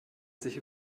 sich